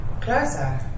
closer